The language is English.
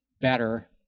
better